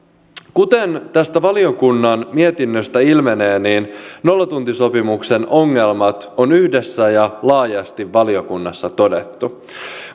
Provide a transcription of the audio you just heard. kuten tästä valiokunnan mietinnöstä ilmenee nollatuntisopimuksen ongelmat on yhdessä ja laajasti valiokunnassa todettu